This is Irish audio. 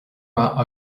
rath